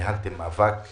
ניהלתם מאבק נכון,